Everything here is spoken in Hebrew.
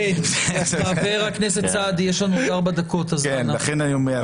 לכן אני אומר,